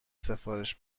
سفارش